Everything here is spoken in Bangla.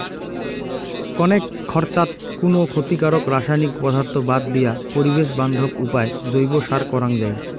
কণেক খরচাত কুনো ক্ষতিকারক রাসায়নিক পদার্থ বাদ দিয়া পরিবেশ বান্ধব উপায় জৈব সার করাং যাই